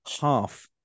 half